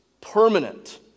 permanent